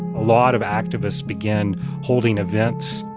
lot of activists began holding events.